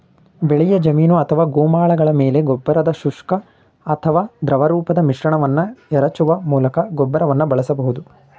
ಬೆಳೆಯ ಜಮೀನು ಅಥವಾ ಗೋಮಾಳಗಳ ಮೇಲೆ ಗೊಬ್ಬರದ ಶುಷ್ಕ ಅಥವಾ ದ್ರವರೂಪದ ಮಿಶ್ರಣವನ್ನು ಎರಚುವ ಮೂಲಕ ಗೊಬ್ಬರವನ್ನು ಬಳಸಬಹುದು